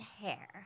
hair